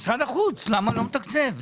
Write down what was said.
למה משרד החוץ לא מתקצב.